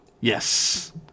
Yes